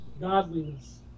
godliness